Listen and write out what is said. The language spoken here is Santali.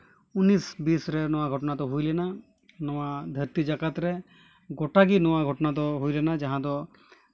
ᱩᱱᱤᱥᱼᱵᱤᱥ ᱨᱮ ᱱᱚᱣᱟ ᱜᱷᱚᱴᱚᱱᱟ ᱫᱚ ᱦᱩᱭ ᱞᱮᱱᱟ ᱱᱚᱣᱟ ᱫᱷᱟᱹᱨᱛᱤ ᱡᱟᱠᱟᱛ ᱨᱮ ᱜᱚᱴᱟᱜᱮ ᱱᱚᱣᱟ ᱜᱷᱚᱴᱚᱱᱟ ᱫᱚ ᱦᱩᱭ ᱞᱮᱱᱟ ᱡᱟᱦᱟᱸ ᱫᱚ